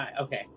Okay